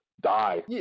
Die